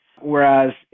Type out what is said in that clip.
whereas